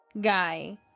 guy